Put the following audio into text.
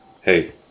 Hey